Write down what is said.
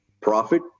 profit